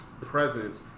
presence